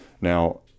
Now